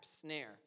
snare